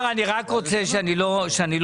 עכשיו אני רק רוצה כדי שלא אתבלבל,